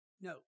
No